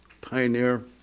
Pioneer